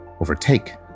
overtake